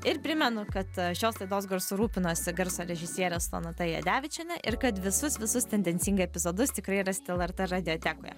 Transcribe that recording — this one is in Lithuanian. ir primenu kad šios laidos garsu rūpinosi garso režisierė sonata jadevičienė ir kad visus visus tendencingai epizodus tikrai rasite lrt radiotekoje